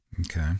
Okay